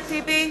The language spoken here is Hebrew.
רוברט טיבייב,